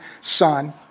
son